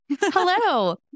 Hello